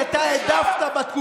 כי אתה עכשיו ראש הממשלה האמיתי.